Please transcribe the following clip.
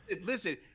listen